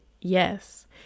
yes